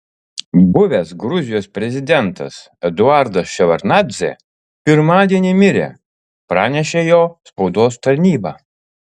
buvęs gruzijos prezidentas eduardas ševardnadzė pirmadienį mirė pranešė jo spaudos tarnyba